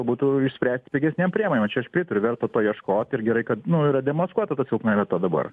būtų išspręst pigesnėm priemonėm o čia aš pritariu verta paieškot ir gerai kad nu yra demaskuota ta silpna vieta dabar